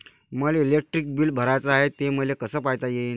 मले electric bill भराचं हाय, ते मले कस पायता येईन?